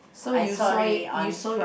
so you saw it you saw